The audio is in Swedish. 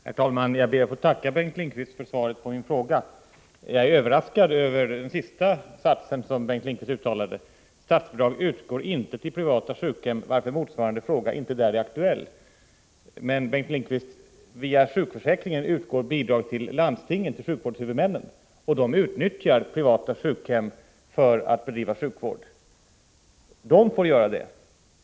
Herr talman! Jag ber att få tacka Bengt Lindqvist för svaret på min fråga. Jag är överraskad över det sista som Bengt Lindqvist uttalade: ”Statsbidrag utgår inte till privata sjukhem, varför motsvarande fråga där inte är aktuell.” Men, Bengt Lindqvist, via sjukförsäkringen utgår bidrag till landstingen, sjukvårdshuvudmännen. Och de utnyttjar privata sjukhem för att bedriva sjukvård. Landstingen får göra det.